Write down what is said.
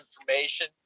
information